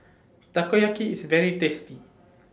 Takoyaki IS very tasty